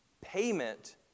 payment